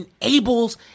enables